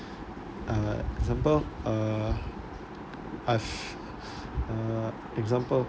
uh example uh I've uh example